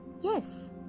Yes